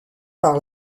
par